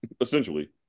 Essentially